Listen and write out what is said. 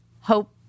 Hope